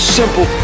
simple